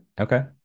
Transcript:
Okay